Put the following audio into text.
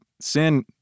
sin